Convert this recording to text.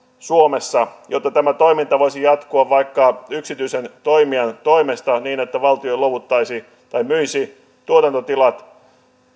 suomessa jotta tämä toiminta voisi jatkua vaikka yksityisen toimijan toimesta niin että valtio myisi tuotantotilat